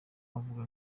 yavuga